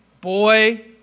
boy